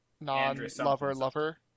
non-lover-lover